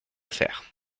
faire